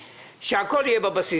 קואליציוני ושהכול יהיה בבסיס.